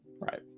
right